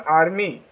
army